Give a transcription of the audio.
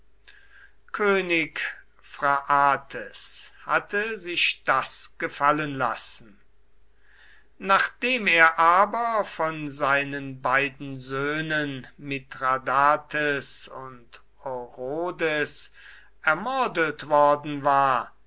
könig phraates hatte sich das gefallen lassen nachdem er aber von seinen beiden söhnen mithradates und orodes ermordet worden war